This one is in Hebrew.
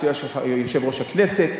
בסיוע של יושב-ראש הכנסת,